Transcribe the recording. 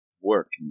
work